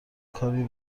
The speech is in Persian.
کاری